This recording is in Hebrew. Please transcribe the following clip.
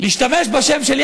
להשתמש בשם שלי.